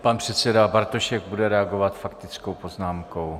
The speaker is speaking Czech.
Pan předseda Bartošek bude reagovat faktickou poznámkou.